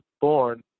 born